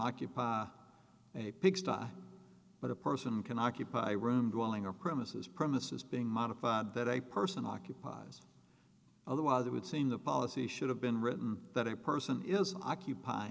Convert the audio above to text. occupy a pigsty but a person can occupy room dwelling or premises premises being modified that a person occupies otherwise it would seem the policy should have been written that a person is occup